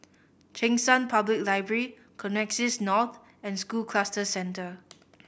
Cheng San Public Library Connexis North and School Cluster Centre